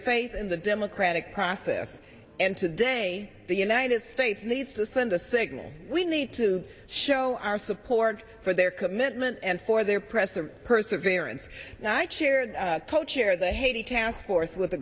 faith in the democratic process and today the united states needs to send a signal we need to show our support for their commitment and for their press and perseverance and i chaired co chair the haiti task force with a